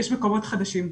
יש מקומות חדשים.